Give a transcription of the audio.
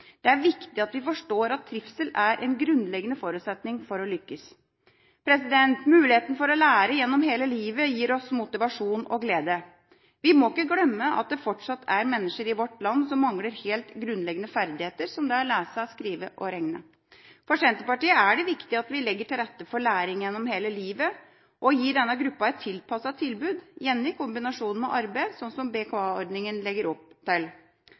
Det er viktig at vi forstår at trivsel er en grunnleggende forutsetning for å lykkes. Muligheten for å lære gjennom hele livet gir oss motivasjon og glede. Vi må ikke glemme at det fortsatt er mennesker i vårt land som mangler helt grunnleggende ferdigheter, som det å lese, skrive og regne. For Senterpartiet er det viktig at vi legger til rette for læring gjennom hele livet og gir denne gruppa et tilpasset tilbud, gjerne i kombinasjon med arbeid, slik BKA-ordninga legger til